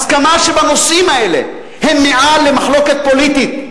הסכמה שהנושאים האלה הם מעל למחלוקת פוליטית,